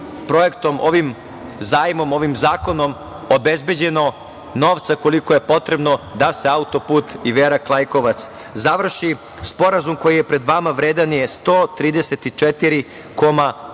projektom, ovim zajmom, ovim zakonom obezbeđeno novca koliko je potrebno da se auto-put Iverak – Lajkovac završi. Sporazum koji je pred vama vredan je 134,3